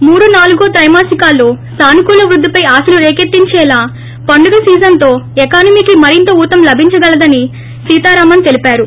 మూడు నాలుగో త్తిమాసికాల్లో సానుకూల వృద్దిపై ఆశలు రేకెత్తించేలా పండుగ సీజన్తో ఎకానమీకి మరింత ఉతం లభించగలదని సీతారామన్ తెలిపారు